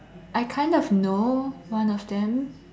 I kind of know one of them